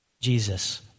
Jesus